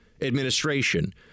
administration